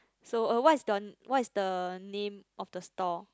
so uh what is the what is the name of the store